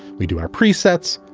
we do our presets.